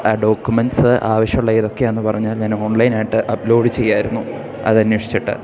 ആ ഡോക്യുമെൻസ് ആവശ്യമുള്ള ഏതൊക്കെയാണെന്ന് പറഞ്ഞാൽ ഞാൻ ഓൺലൈനായിയിട്ട് അപ്ലോഡ് ചെയ്യാമായിരുന്നു അതന്വേഷിച്ചിട്ട്